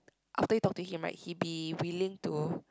after you talk to him right he be willing to